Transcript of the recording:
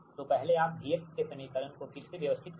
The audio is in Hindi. तो पहले आप V के समीकरण को फिर से व्यवस्थित करें